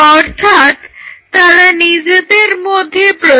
অর্থাৎ তারা নিজেদের মধ্যে প্রতিযোগিতা করবে